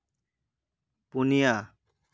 ᱯᱩᱱᱭᱟ